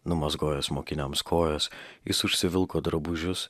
numazgojęs mokiniams kojas jis užsivilko drabužius